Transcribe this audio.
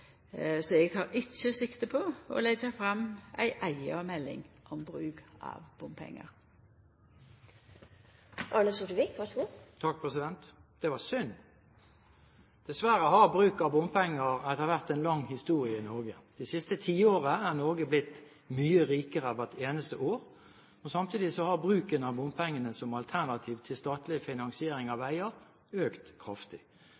så eg tek ikkje sikte på å leggja fram ei eiga melding om bruk av bompengar. Det var synd. Dessverre har bruk av bompenger etter hvert en lang historie i Norge. Det siste tiåret har Norge blitt mye rikere hvert eneste år, og samtidig har bruken av bompenger som alternativ til statlig finansiering av veier, økt kraftig.